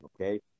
okay